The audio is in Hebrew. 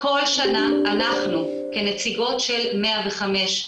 כל שנה אנחנו כנציגות של 105,